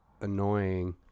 annoying